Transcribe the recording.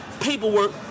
paperwork